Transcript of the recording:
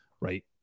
right